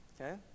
Okay